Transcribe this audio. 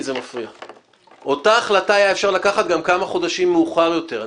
את אותה החלטה אפשר היה לקחת גם כמה חודשים מאוחר יותר.